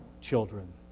children